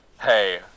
Hey